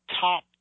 top